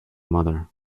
mother